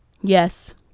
Yes